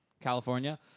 California